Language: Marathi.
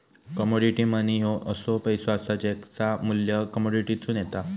कमोडिटी मनी ह्यो असो पैसो असा ज्याचा मू्ल्य कमोडिटीतसून येता